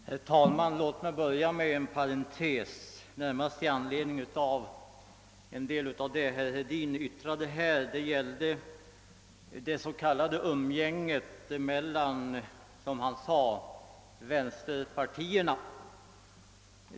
Herr talman! Låt mig börja med en parentes, närmast i anledning av en del av det som herr Hedin yttrade. Det gäller det s.k. umgänget mellan, som han sade, vänsterpartierna.